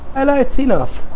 alaa it's enough